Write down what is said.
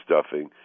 stuffing